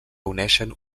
uneixen